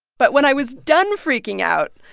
but when i was done freaking out,